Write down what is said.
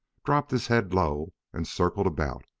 dropped his head low and circled about,